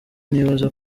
nibaza